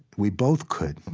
we both could.